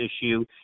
issue